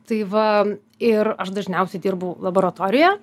tai va ir aš dažniausiai dirbu laboratorijoje